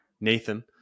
Nathan